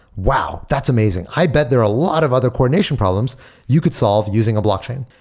wow! that's amazing. i bet there are a lot of other coordination problems you could solve using a blocking.